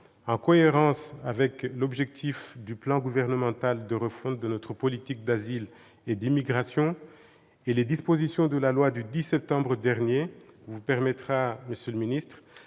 %, cohérente avec l'objectif du plan gouvernemental de refonte de notre politique d'asile et d'immigration et les dispositions de la loi du 10 septembre dernier, vous permettra d'améliorer